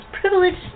privileged